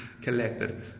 collected